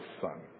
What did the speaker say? son